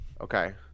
Okay